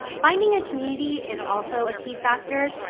finding a community is also a key factor.